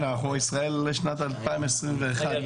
כן, אנחנו ישראל שנת 2021. אלו